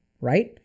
right